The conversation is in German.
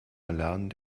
erlernen